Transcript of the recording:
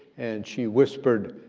and she whispered,